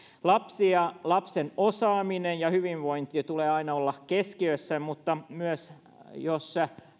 lapsen ja lapsen osaamisen ja hyvinvoinnin tulee aina olla keskiössä mutta myös sillä jos